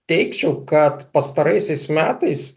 teigčiau kad pastaraisiais metais